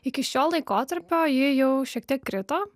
iki šio laikotarpio ji jau šiek tiek krito